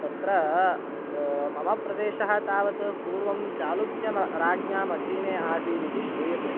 तत्र मम प्रदेशः तावत् पूर्वं चालुक्यम् राज्ञाम् अधीने आसीदिति श्रूयते